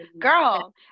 girl